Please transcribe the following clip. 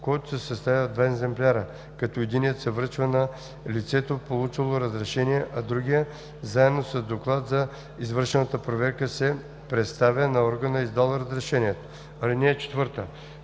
който се съставя в два екземпляра, като единият се връчва на лицето, получило разрешение, а другият заедно с доклад за извършената проверка се представя на органа, издал разрешението. (4) В протокола